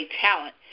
talent